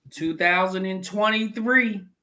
2023